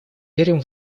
верим